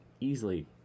easily